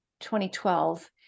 2012